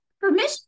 permission